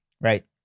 right